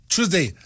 Tuesday